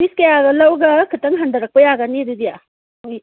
piece ꯀꯌꯥꯒ ꯂꯧꯔꯒ ꯈꯤꯇꯪ ꯍꯟꯗꯔꯛꯄ ꯌꯥꯒꯅꯤ ꯑꯗꯨꯗꯤ